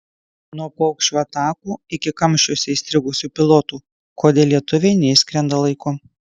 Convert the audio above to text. nuo paukščių atakų iki kamščiuose įstrigusių pilotų kodėl lėktuvai neišskrenda laiku